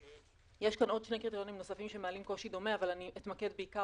יש כאן עוד שני קריטריונים נוספים שמעלים קושי דומה אבל אתמקד בעיקר